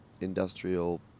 industrial